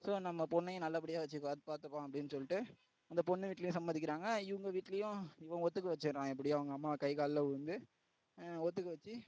so நம்ம பொண்ணையும் நல்லபடியாக வச்சு பார்த்துக்குவான் அப்படின்னு சொல்லிட்டு இந்த பொண்ணு வீட்லையும் சம்மதிக்குறாங்க இவங்க வீட்லையும் இவன் ஒத்துக்க வச்சிவிட்றான் எப்படியும் அவங்க அம்மா கைக்காலில் விழுந்து ஒத்துக்க வச்சு